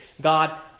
God